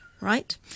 Right